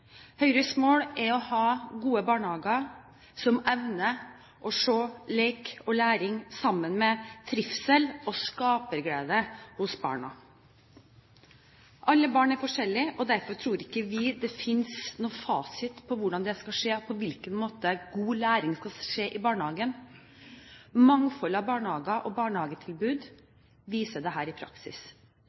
Høyres mål er å ha gode barnehager som evner å se lek og læring sammen med trivsel og skaperglede hos barna. Alle barn er forskjellige, og derfor tror ikke vi det finnes noen fasit på hvordan dette skal skje, og på hvilken måte god læring skal skje i barnehagen. Mangfoldet av barnehager og barnehagetilbud viser dette i praksis. Det er et mangfold vi i